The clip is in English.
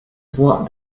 what